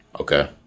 Okay